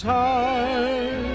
time